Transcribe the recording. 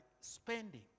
spending